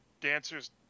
dancers